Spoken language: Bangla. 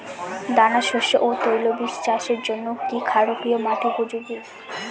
দানাশস্য ও তৈলবীজ চাষের জন্য কি ক্ষারকীয় মাটি উপযোগী?